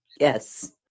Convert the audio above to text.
Yes